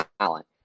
talent